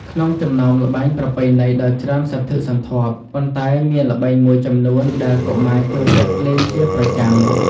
ក្នុងចំណោមល្បែងប្រពៃណីដ៏ច្រើនសន្ធឹកសន្ធាប់ ប៉ុន្តែមានល្បែងមួយចំនួនដែលកុមារចូលចិត្តលេងជាប្រចាំ។